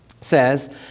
says